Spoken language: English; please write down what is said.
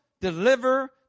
deliver